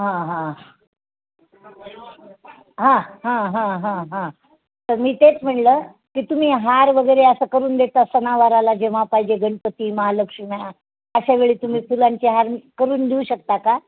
हा हा हा हा हा हा हा तर मी तेच म्हणलं की तुम्ही हारवगैरे असं करून देता सणावाराला जेव्हा पाहिजे गणपती महालक्ष्मी अशा वेळी तुम्ही फुलांचे हार करून देऊ शकता का